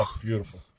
Beautiful